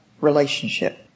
relationship